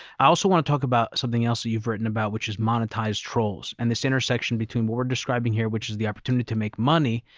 i also want to talk about something else that you've written about, which is monetized trolls, and this intersection between what we're describing here, which is the opportunity to make money,